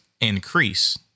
increase